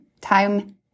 time